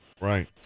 right